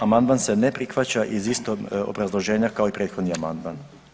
Amandman se ne prihvaća iz istog obrazloženja kao i prethodni amandman.